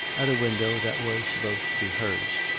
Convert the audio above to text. at a window that was supposed to be hers,